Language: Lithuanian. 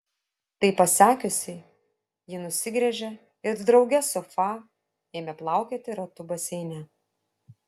tai pasakiusi ji nusigręžė ir drauge su fa ėmė plaukioti ratu baseine